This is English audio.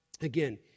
again